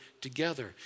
together